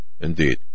Indeed